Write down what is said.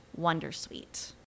wondersuite